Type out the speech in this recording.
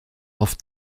auf